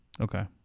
Okay